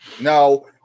no